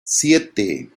siete